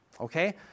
Okay